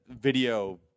video